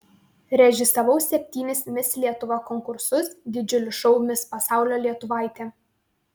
režisavau septynis mis lietuva konkursus didžiulį šou mis pasaulio lietuvaitė